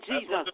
Jesus